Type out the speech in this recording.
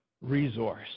resource